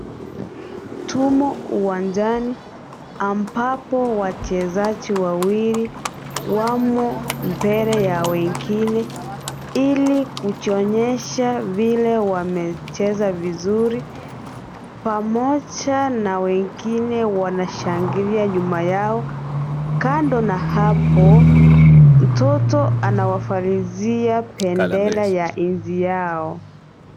Tumo uwanjani ambapo wachezaji wawili wamo mbele ya wengine ili kujionyesha vile wamecheza vizuri; pamoja na wengine wanashangilia nyuma yao. Kando na hapo mtoto anawavalishia bendera ya nchi yao.